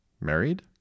married